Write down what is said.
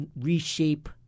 reshape